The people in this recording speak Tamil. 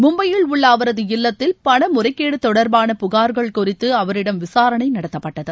மும்பையில் உள்ள அவரது இல்லத்தில் பண முறைகேடு தொடர்பான புகார்கள் குறித்து அவரிடம் விசாரணை நடத்தப்பட்டது